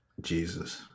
Jesus